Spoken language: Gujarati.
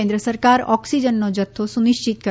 કેન્દ્ર સરકાર ઓકસીજનનો જથ્થો સુનિશ્ચિત કરવા